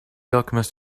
alchemist